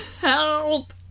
help